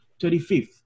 25th